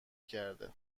کرده